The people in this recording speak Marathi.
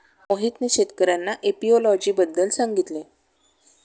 मोहितने शेतकर्यांना एपियोलॉजी बद्दल सांगितले